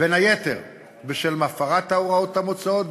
בין היתר בשל הפרת ההוראות המוצעות,